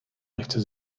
lehce